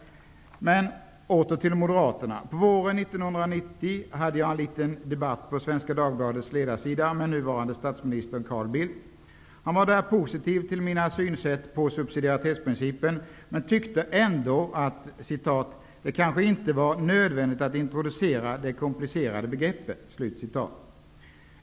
Men åter till Moderaterna. På våren 1990 hade jag en liten debatt på Svenska Dagbladets ledarsida med nuvarande statsministern Carl Bildt. Han var där positiv till mitt sätt att se på subsidiaritetsprincipen men tyckte ändå att det ''kanske inte var nödvändigt att introducera det komplicerade begreppet''.